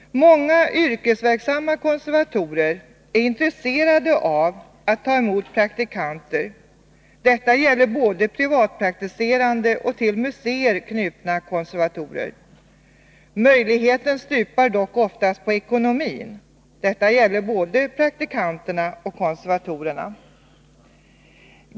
Många yrkesverksamma konservatorer är intresserade av att ta emot praktikanter. Det gäller både privatpraktiserande och till museer anknutna konservatorer. Detta stupar dock oftast på ekonomin, både för praktikanterna och för konservatorerna.